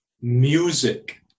music